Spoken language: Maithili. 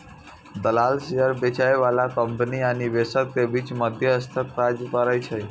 दलाल शेयर बेचय बला कंपनी आ निवेशक के बीच मध्यस्थक काज करै छै